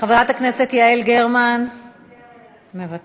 חברת הכנסת יעל גרמן, מוותרת,